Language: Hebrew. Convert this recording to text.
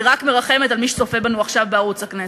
אני רק מרחמת על מי שצופה בנו עכשיו בערוץ הכנסת.